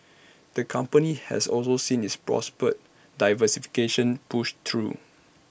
the company has also seen its proposed diversification pushed through